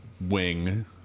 wing